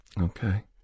Okay